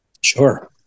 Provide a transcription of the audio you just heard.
sure